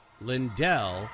Lindell